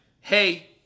hey